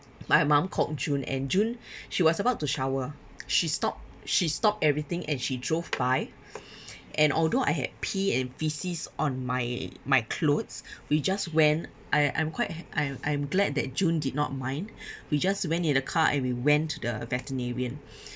my mum called june and june she was about to shower she stopped she stopped everything and she drove by and although I had pee and faeces on my my clothes we just went I I'm quite I'm I'm glad that june did not mind we just went in her car and we went to the veterinarian